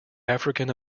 african